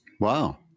Wow